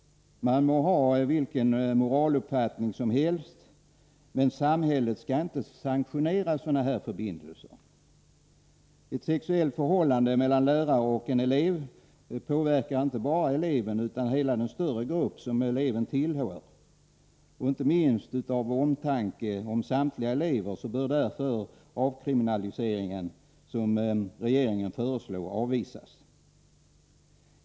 Man må ha vilken moraluppfattning som helst, men samhället skall inte sanktionera sådana förbindelser. Ett sexuellt förhållande mellan lärare och en elev påverkar inte bara eleven utan hela den större grupp som eleven tillhör. Inte minst av omtanke om samtliga elever bör därför den avkriminalisering som regeringen föreslår avvisas.